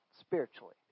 spiritually